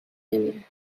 نمیره